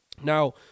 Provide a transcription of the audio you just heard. Now